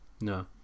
No